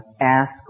ask